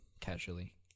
casually